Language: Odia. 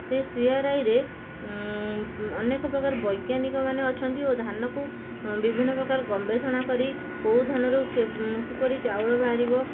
ସେ ସିଆର୍ଆଇରେ ଅନେକପ୍ରକାର ବୈଜ୍ଞାନିକମାନେ ଅଛନ୍ତି ଓ ଧାନକୁ ବିଭିନ୍ନ ପ୍ରକାର ଗବେଷଣା କରି କେଉଁ ଧାନରୁ କେ କିପରି ଚାଉଳ ବାହାରିବ